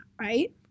right